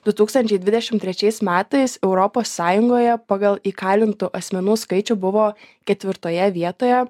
du tūkstančiai dvidešimt trečiais metais europos sąjungoje pagal įkalintų asmenų skaičių buvo ketvirtoje vietoje